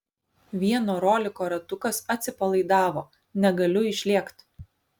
vieno roliko ratukas atsipalaidavo negaliu išlėkt